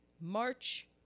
March